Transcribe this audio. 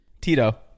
Tito